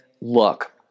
look